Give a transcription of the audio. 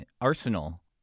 arsenal